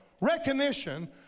recognition